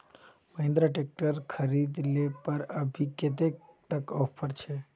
Mahindra tractor खरीद ले पर अभी कतेक तक ऑफर छे?